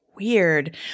Weird